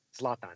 Zlatan